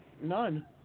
None